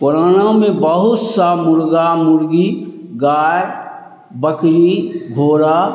corona में बहुत से मुर्ग़ा मुर्ग़ी गाय बकरी घोड़ा